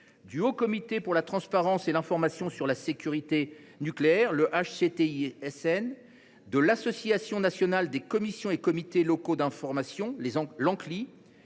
le Haut Comité pour la transparence et l’information sur la sécurité nucléaire (HCTISN), l’Association nationale des commissions et comités locaux d’informations (Anccli),